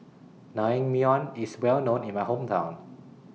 Naengmyeon IS Well known in My Hometown